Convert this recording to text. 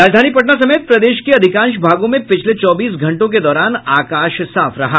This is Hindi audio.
राजधानी पटना समेत प्रदेश के अधिकांश भागों में पिछले चौबीस घंटों के दौरान आकाश साफ रहा